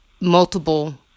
multiple